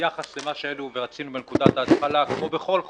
שביחס למה שרצינו בנקודת ההתחלה, כמו בכל חוק,